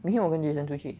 明天我跟 jason 出去